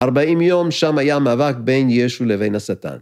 ארבעים יום שם היה מאבק בין ישו לבין השטן